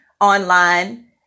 online